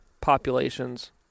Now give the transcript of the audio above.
populations